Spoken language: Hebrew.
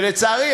ולצערי,